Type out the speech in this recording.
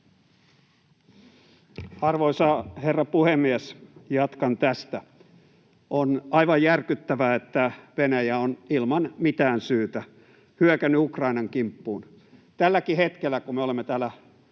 Arvoisa herra puhemies! Jatkan tästä. On aivan järkyttävää, että Venäjä on ilman mitään syytä hyökännyt Ukrainan kimppuun. Tälläkin hetkellä, kun me olemme täällä